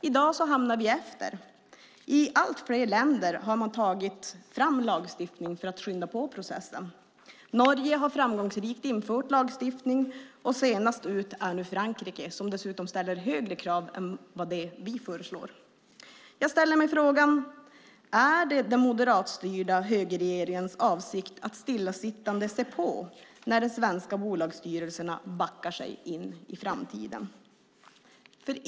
I dag hamnar vi efter. I allt fler länder har man tagit fram lagstiftning för att skynda på processen. Norge har framgångsrikt infört lagstiftning, och senast ut är Frankrike som dessutom ställer högre krav än de vi föreslår. Jag ställer mig frågan: Är det den moderatstyrda högerregeringens avsikt att stillasittande se på när de svenska bolagsstyrelserna backar in i framtiden?